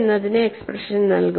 എന്നതിന് എക്സ്പ്രഷൻ നൽകും